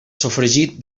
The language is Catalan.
sofregit